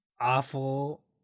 awful